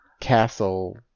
castle